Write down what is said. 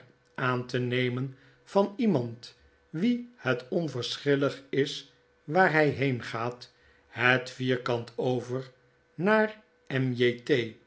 aan te nemen van iemand wien net onverschillig is waar hy heengaat het vierkant over riaar